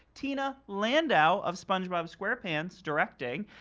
tina landau of spongebob squarepants directing,